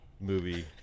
Movie